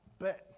bet